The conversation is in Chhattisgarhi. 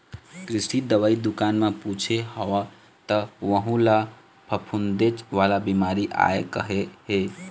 कृषि दवई दुकान म पूछे हव त वहूँ ल फफूंदेच वाला बिमारी आय कहे हे